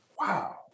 wow